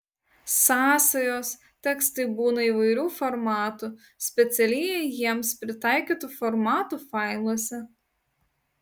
sąsajos tekstai būna įvairių formatų specialiai jiems pritaikytų formatų failuose